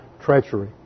treachery